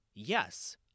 Yes